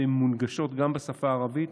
והן מונגשות גם בשפה הערבית.